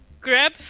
grab